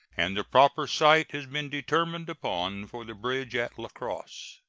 and the proper site has been determined upon for the bridge at la crosse.